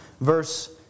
verse